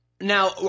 now